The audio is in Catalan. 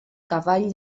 cavall